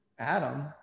Adam